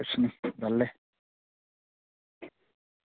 किश नी बेह्ले